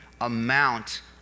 amount